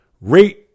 rate